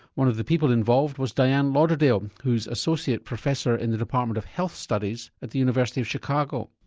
one of the people involved was diane lauderdale who's associate professor in the department of health studies at the university of chicago.